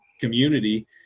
community